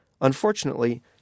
Unfortunately